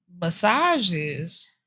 massages